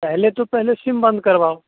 पहले तो पहले सिम बंद करवाओ